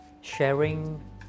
sharing